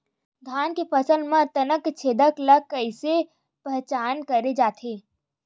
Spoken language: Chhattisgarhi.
धान के फसल म तना छेदक ल कइसे पहचान करे जाथे?